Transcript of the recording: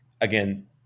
again